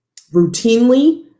routinely